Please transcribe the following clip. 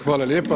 Hvala lijepo.